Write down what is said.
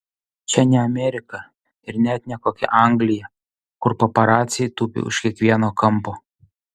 čia ne amerika ir net ne kokia anglija kur paparaciai tupi už kiekvieno kampo